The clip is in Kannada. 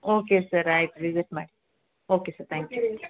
ಓಕೆ ಸರ್ ಆಯಿತು ರಿಜೆಕ್ಟ್ ಮಾಡಿ ಓಕೆ ಸರ್ ತ್ಯಾಂಕ್ ಯು